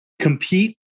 compete